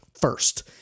first